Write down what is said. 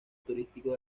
turístico